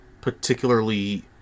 particularly